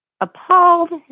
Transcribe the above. appalled